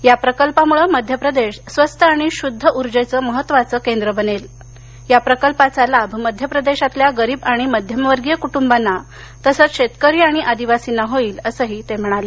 या प्रकल्पामुळे मध्य प्रदेश स्वस्त आणि शुद्ध उर्जेचं महत्त्वाचं केंद्र बनेल या प्रकल्पाचा लाभ मध्य प्रदेशातल्या गरीब आणि मध्यमवर्गीय कुटुंबांना तसंच शेतकरी आणि आदिवासींना होईल असं ते म्हणाले